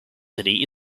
city